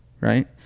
right